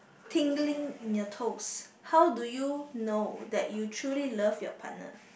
tingling in your toes how do you know that you truly love your partner